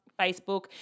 Facebook